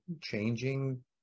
changing